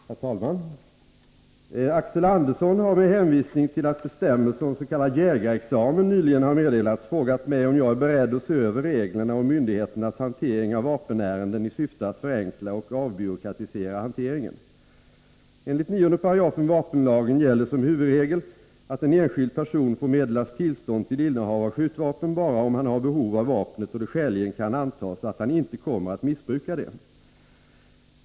Herr talman! Axel Andersson har med hänvisning till att bestämmelser om s.k. jägarexamen nyligen har meddelats frågat mig om jag är beredd att se över reglerna om myndigheternas hantering av vapenärenden i syfte att förenkla och avbyråkratisera hanteringen. Enligt 9 § vapenlagen gäller som huvudregel att en enskild person får meddelas tillstånd till innehav av skjutvapen bara om han har behov av vapnet och det skäligen kan antas att han inte kommer att missbruka det.